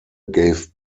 gave